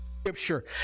scripture